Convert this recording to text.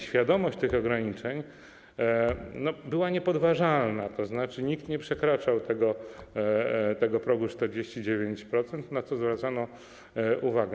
Świadomość tych ograniczeń była niepodważalna, tzn. nikt nie przekraczał tego progu 49%, na co zwracano uwagę.